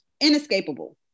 inescapable